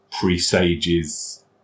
presages